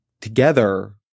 together